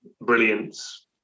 brilliance